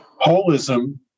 Holism